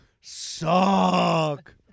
suck